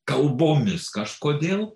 kalbomis kažkodėl